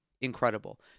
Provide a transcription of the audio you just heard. incredible